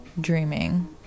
dreaming